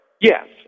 Yes